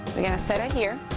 we're going to set it here.